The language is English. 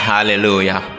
Hallelujah